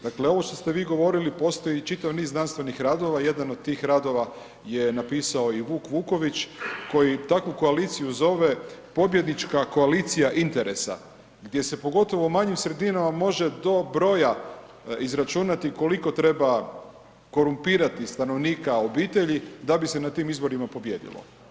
Dakle, ovo što ste vi govorili, postoji čitav niz znanstvenih radova i jedan od tih radova je napisao i Vuk Vuković, koji takvu koaliciju zove, pobjednička koalicija interesa, gdje se pogotovo u manjim sredinama može do broja izračunati, koliko treba korumpirati stanovnika obitelji da bi se na tim izborima pobijedilo.